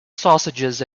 sausages